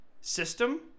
system